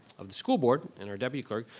of the school board, and our deputy clerk,